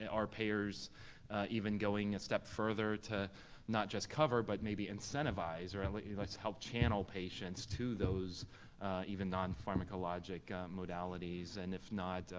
are payers even going a step further to not just cover, but maybe incentivize, or and like lets help channel patients to those even non-pharmacologic modalities, and if not,